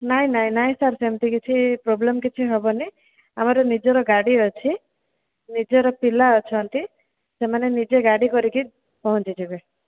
ନାଇ ନାଇ ନାଇ ସାର୍ ସେମିତି କିଛି ପ୍ରବ୍ଲେମ୍ କିଛି ହେବନି ଆମର ନିଜର ଗାଡ଼ି ଅଛି ନିଜର ପିଲା ଅଛନ୍ତି ସେମାନେ ନିଜେ ଗାଡ଼ି କରିକି ପହଞ୍ଚିଯିବେ